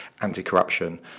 anti-corruption